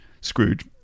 Scrooge